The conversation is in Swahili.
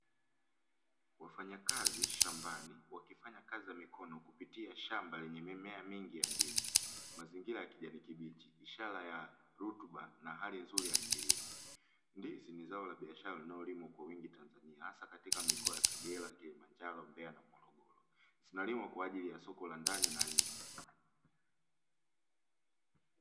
Wafanyakazi shambani wakifanya kazi za mikono kupitia shamba lenye mimea mingi ya ndizi, mazingira ya kijani kibichi ishara ya rutuba na hali nzuri ya kilimo, ndizi ni zao la biashara linalolimwa kwa wingi Tanzania hasa katika mikoa ya Kagera, Kilimanjaro, Mbeya na Morogoro zinalimwa kwa ajili ya soko la ndani na nje.